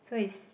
so is